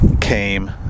came